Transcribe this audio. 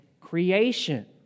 creation